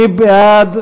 מי בעד?